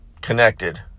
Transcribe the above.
connected